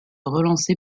relancé